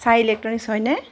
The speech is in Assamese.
চাহ ইলেক্ট্ৰনিকছ হয়নে